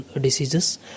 diseases